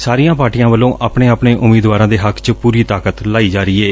ਸਾਰੀਆਂ ਪਾਰਟੀਆਂ ਵੱਲੋਂ ਆਪਣੇ ਆਪਣੇ ਉਮੀਦਵਾਰਾਂ ਦੇ ਹੱਕ ਚ ਪੁਰੀ ਤਾਕਤ ਲਾਈ ਜਾ ਰਹੀ ਏ